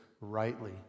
rightly